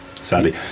sadly